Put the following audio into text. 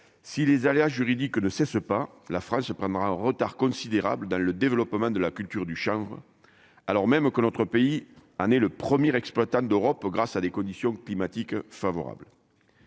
si les aléas juridiques ne cesse pas, la France prendra un retard considérable dans le développement de la culture du chanvre, alors même que notre pays le premier exploitant d'Europe grâce à des conditions climatiques favorables.